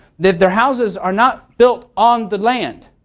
their their houses are not built on the land.